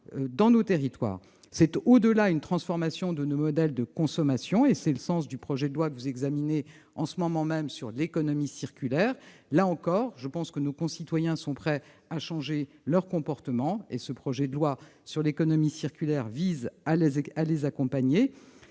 en outre tendre vers une transformation de nos modèles de consommation. C'est le sens du projet de loi que vous examinez en ce moment même sur l'économie circulaire. Là encore, je pense que nos concitoyens sont prêts à changer leurs comportements ; ce projet de loi vise à les accompagner.